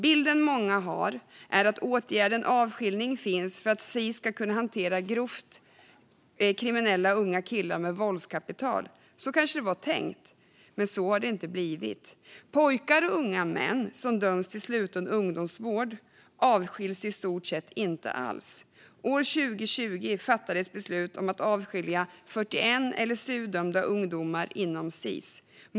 Bilden många har är att åtgärden avskiljning finns för att Sis ska kunna hantera grovt kriminella unga killar med våldskapital. Så kanske det var tänkt, men så har det inte blivit; pojkar och unga män som dömts till sluten ungdomsvård avskiljs i stort sett inte alls. År 2020 fattades beslut om att avskilja 41 LSU-dömda ungdomar inom Sis.